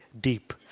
deep